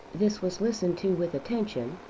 this was listened to with attention,